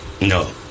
No